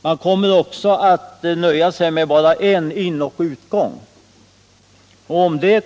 Man kommer också att nöja sig med bara en inoch utgång.